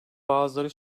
bazıları